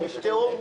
הם יפטרו.